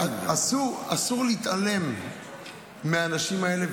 אסור להתעלם מהאנשים האלה.